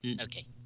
Okay